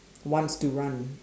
wants to run